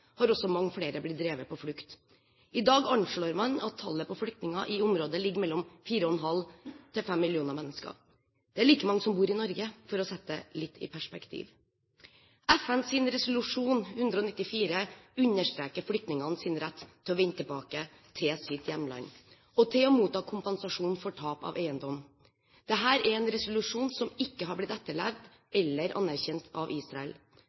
har også mange flere blitt drevet på flukt. I dag anslår man at tallet på flyktninger i området ligger mellom 4,5 og 5 millioner mennesker. Det er like mange som bor i Norge, for å sette det litt i perspektiv. FNs resolusjon 194 understreker flyktningenes rett til å vende tilbake til sitt hjemland, og til å motta kompensasjon for tap av eiendom. Dette er en resolusjon som ikke har blitt etterlevd eller anerkjent av Israel,